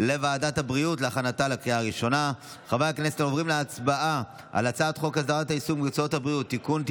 לוועדת הבריאות את הצעת חוק הסדרת העיסוק במקצועות הבריאות (תיקון,